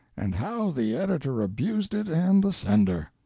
and how the editor abused it and the sender!